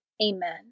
Amen